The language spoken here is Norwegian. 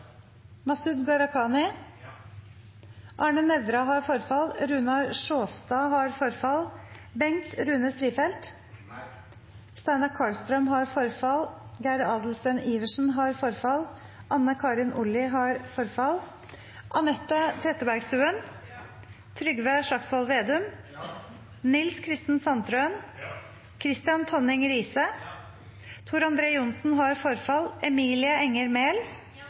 Masud Gharahkhani, Anette Trettebergstuen, Trygve Slagsvold Vedum, Nils Kristen Sandtrøen, Kristian Tonning Riise, Emilie Enger Mehl,